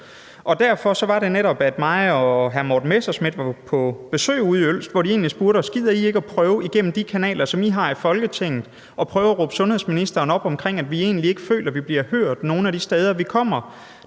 Derfor var det netop, at jeg og hr. Morten Messerschmidt var på besøg ude i Ølst, hvor de egentlig spurgte os, om ikke vi gider at prøve gennem de kanaler, som vi har i Folketinget, at råbe sundhedsministeren op omkring, at de egentlig ikke føler, at de bliver hørt nogen af de steder, de kommer.